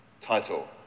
title